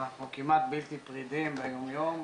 אנחנו כמעט בלתי פרידים ביום יום,